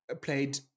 played